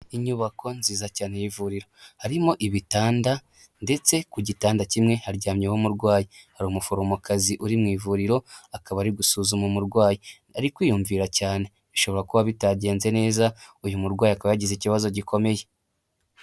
Inyubako nziza cyane y'vuriro harimo ibitanda ndetse ku gitanda kimwe haryamyeho umurwayi. Hari umuforomokazi uri mu ivuriro akaba ari gusuzuma umurwayi. Ari kwiyumvira cyane bishobora kuba bitagenze neza, uyu murwayi akabagize ikibazo gikomeye.